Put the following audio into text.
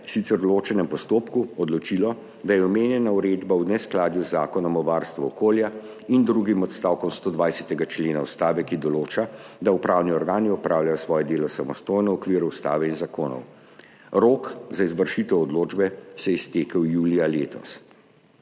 sicer v določenem postopku, odločilo, da je omenjena uredba v neskladju z Zakonom o varstvu okolja in drugim odstavkom 120. člena Ustave, ki določa, da upravni organi opravljajo svoje delo samostojno v okviru Ustave in zakonov. Rok za izvršitev odločbe se je iztekel julija letos.